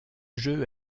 jeu